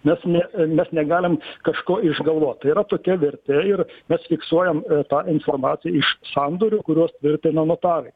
nes ne mes negalim kažko išgalvot tai yra tokia vertė ir mes fiksuojam tą informaciją iš sandorių kuriuos tvirtina notarai